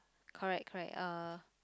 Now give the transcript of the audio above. correct correct uh